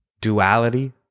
duality